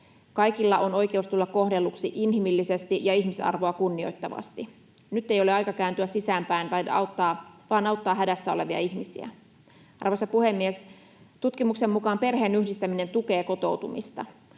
Kaikilla on oikeus tulla kohdelluksi inhimillisesti ja ihmisarvoa kunnioittavasti. Nyt ei ole aika kääntyä sisäänpäin, vaan auttaa hädässä olevia ihmisiä. Arvoisa puhemies! Tutkimuksen mukaan perheenyhdistäminen tukee kotoutumista.